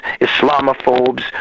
Islamophobes